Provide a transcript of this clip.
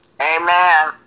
Amen